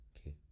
okay